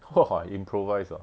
!wah! improvise ah